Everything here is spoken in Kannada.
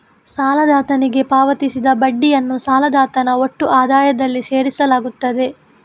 ಸಾಲದಾತನಿಗೆ ಪಾವತಿಸಿದ ಬಡ್ಡಿಯನ್ನು ಸಾಲದಾತನ ಒಟ್ಟು ಆದಾಯದಲ್ಲಿ ಸೇರಿಸಲಾಗುತ್ತದೆ